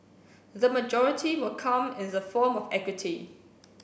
the majority will come in the form of equity